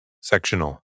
Sectional